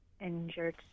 injured